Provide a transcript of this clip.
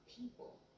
people